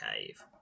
cave